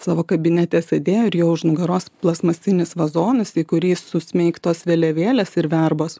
savo kabinete sėdėjo ir jo už nugaros plastmasinis vazonas į kurį susmeigtos vėliavėlės ir verbos